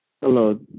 Hello